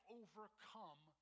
overcome